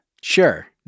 Sure